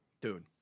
Dude